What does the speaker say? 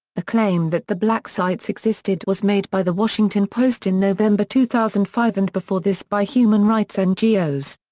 a claim that the black sites existed was made by the washington post in november two thousand and five and before this by human rights ngos.